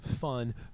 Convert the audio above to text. fun